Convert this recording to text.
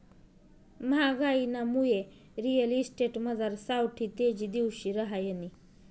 म्हागाईनामुये रिअल इस्टेटमझार सावठी तेजी दिवशी रहायनी